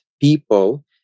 people